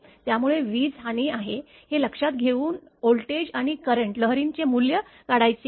त्यामुळे वीज हानी आहे हे लक्षात घेऊन व्होल्टेज आणि करंट लहरींची मूल्ये काढायची आहेत